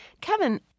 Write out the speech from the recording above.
Kevin